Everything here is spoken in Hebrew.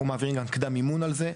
אנחנו מעבירים גם קדם מימון על זה,